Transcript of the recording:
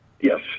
Yes